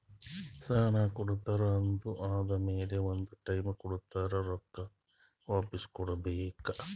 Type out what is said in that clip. ಸಾಲಾ ಕೊಡ್ತಾರ್ ಅದು ಆದಮ್ಯಾಲ ಒಂದ್ ಟೈಮ್ ಕೊಡ್ತಾರ್ ರೊಕ್ಕಾ ವಾಪಿಸ್ ಕೊಡ್ಬೇಕ್